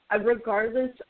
Regardless